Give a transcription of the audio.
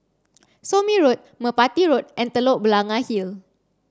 Somme Road Merpati Road and Telok Blangah Hill